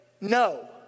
No